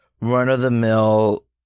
run-of-the-mill